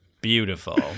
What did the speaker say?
Beautiful